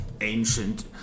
ancient